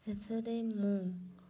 ଶେଷରେ ମୁଁ